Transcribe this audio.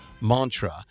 Mantra